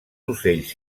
ocells